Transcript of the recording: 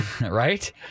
Right